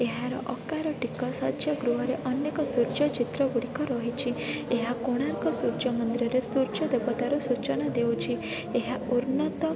ଏହାର ଅକାର ଟିକସ ଶର୍ଯ୍ୟ ଗୃହର ଅନେକ ସୂର୍ଯ୍ୟଚିତ୍ର ଗୁଡ଼ିକ ରହିଛି ଏହା କୋଣାର୍କ ସୂର୍ଯ୍ୟ ମନ୍ଦିରରେ ସୂର୍ଯ୍ୟ ଦେବତାର ସୂଚନା ଦେଉଛି ଏହା ଉନ୍ନତ